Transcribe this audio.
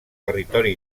territori